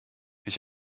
ich